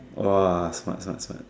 !wah! smart smart smart